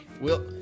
we'll-